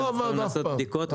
תכננו לעשות בדיקות,